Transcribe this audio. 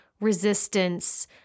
resistance